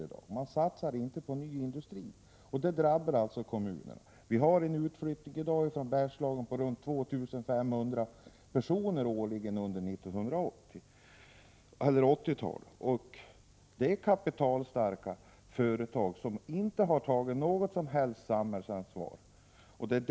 STORA gjorde under 1985 en vinst på 1,1 miljarder kronor. STORA planerar att lägga ner sågen i Vikarbyn. ”En fortsatt strukturomvandling i näringslivet är nödvändig. För att denna skall kunna ske i socialt acceptabla former fordras att företagen tar ansvar för de sysselsättningsmässiga konsekvenserna.